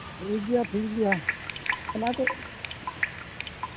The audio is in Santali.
ᱴᱷᱤᱠᱜᱮᱭᱟ ᱴᱷᱤᱠᱜᱮᱭᱟ ᱚᱱᱟ ᱠᱚᱨᱮ